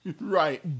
right